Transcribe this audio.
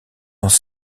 dans